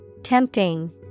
Tempting